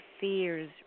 fears